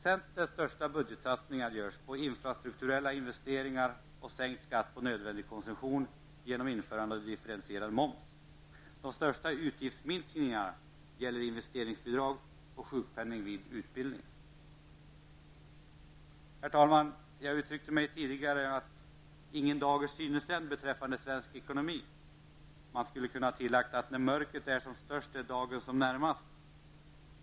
Centerns största budgetsatsningar görs på infrastrukturella investeringar och sänkt skatt på nödvändig konsumtion genom införande av differentierad moms. De största utgiftsminskningarna gäller investeringsbidrag och sjukpenning vid utbildning. Herr talman! Jag använde mig tidigare av uttrycket ''ingen dager synes än'' beträffande svensk ekonomi. Jag kunde ha tillagt att ''när mörkret är som störst är dagen som närmast''.